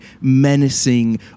menacing